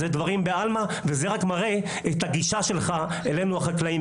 זה דברים בעלמא וזה רק מראה את הגישה שלך אלינו החקלאים.